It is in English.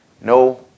no